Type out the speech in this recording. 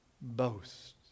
boast